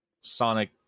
Sonic